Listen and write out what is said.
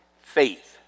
Faith